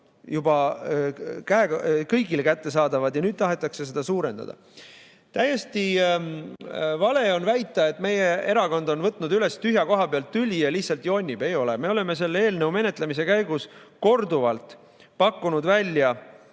juba kõigile kättesaadavad. Ja nüüd tahetakse seda suurendada. Täiesti vale on väita, et meie erakond on võtnud üles tühja koha pealt tüli ja lihtsalt jonnib. Ei ole. Me oleme selle eelnõu menetlemise käigus korduvalt pakkunud välja